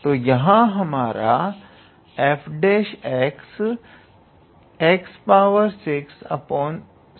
तो यहां हमारा 𝐹𝑥 x66 होगा